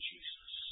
Jesus